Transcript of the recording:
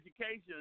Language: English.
education